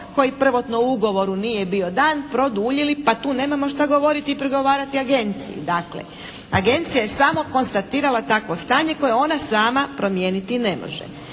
koji prvotno u ugovoru nije bio dan produljili pa tu nemamo što govoriti i prigovarati agenciji. Dakle agencija je samo konstatirala takvo stanje koje ona sama promijeniti ne može.